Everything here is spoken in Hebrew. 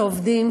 שעובדים,